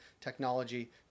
technology